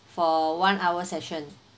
for one hour session